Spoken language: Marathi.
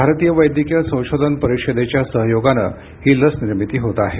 भारतीय वैद्यकिय संशोधन परिषदेच्या सहयोगानं ही लस निर्मिती होत आहे